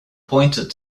pointed